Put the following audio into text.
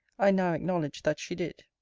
i now acknowledge that she did.